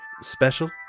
special